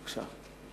בבקשה.